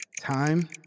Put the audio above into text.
Time